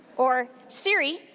or siri,